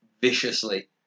viciously